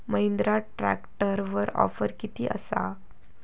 महिंद्रा ट्रॅकटरवर ऑफर किती आसा?